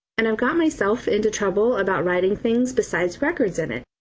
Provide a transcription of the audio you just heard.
and i've got myself into trouble about writing things besides records in it.